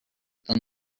than